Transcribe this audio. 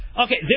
Okay